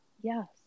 Yes